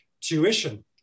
tuition